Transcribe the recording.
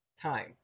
Time